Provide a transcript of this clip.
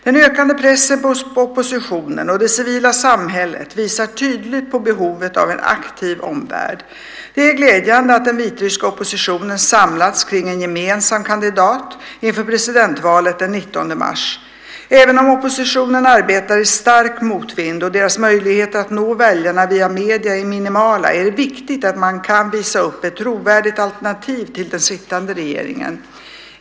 Den ökande pressen på oppositionen och det civila samhället visar tydligt på behovet av en aktiv omvärld. Det är glädjande att den vitryska oppositionen samlats kring en gemensam kandidat inför presidentvalet den 19 mars. Även om oppositionen arbetar i stark motvind och dess möjligheter att nå väljarna via medierna är minimala är det viktigt att man kan visa upp ett trovärdigt alternativ till den sittande regeringen.